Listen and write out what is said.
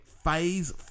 Phase